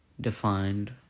defined